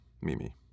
Mimi